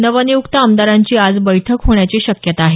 नवनियुक्त आमदारांची आज बैठक होण्याची शक्यता आहे